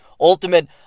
Ultimate